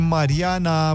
Mariana